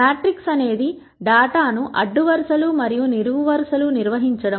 matrix అనేది డేటాను అడ్డు వరుస లు మరియు నిలువు వరుసలు నిర్వహించడం